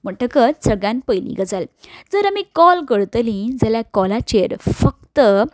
म्हणटकच सगळ्यांत पयली गजाल जर आमी कॉल करतली जाल्यार कॉलाचेर फक्त